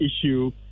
issue